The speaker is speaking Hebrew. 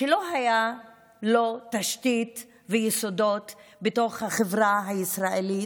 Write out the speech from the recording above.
שלא היו לו תשתית ויסודות בתוך החברה הישראלית,